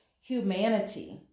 humanity